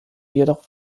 jedoch